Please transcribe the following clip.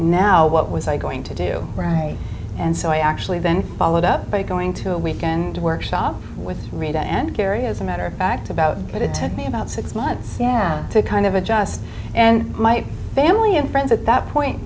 now what was i going to do right and so i actually then followed up by going to a weekend workshop with rita and kerry as a matter of fact about it it took me about six months to kind of adjust and my family and friends at that point